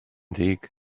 ddig